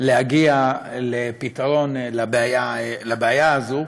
להגיע לפתרון הבעיה הזאת.